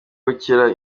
gukira